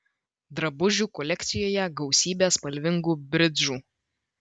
drabužių kolekcijoje gausybė spalvingų bridžų